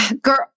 Girl